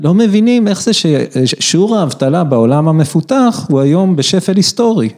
לא מבינים איך זה ששיעור האבטלה בעולם המפותח הוא היום בשפל היסטורי.